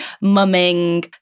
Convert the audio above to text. mumming